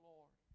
Lord